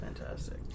Fantastic